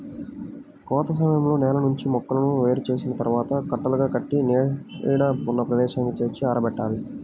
కోత సమయంలో నేల నుంచి మొక్కలను వేరు చేసిన తర్వాత కట్టలుగా కట్టి నీడ ఉన్న ప్రదేశానికి చేర్చి ఆరబెట్టాలి